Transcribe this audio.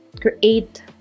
create